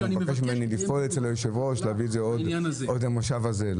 והוא מבקש ממני לפעול אצל היושב-ראש ולהביא את זה עוד במושב הזה.